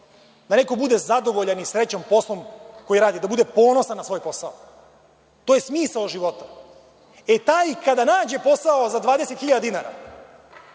da neko bude zadovoljan i srećan poslom koji radi, da bude ponosan na svoj posao. To je smisao života. E, taj kada nađe posao za 20.000 dinara,